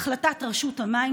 החלטת רשות המים,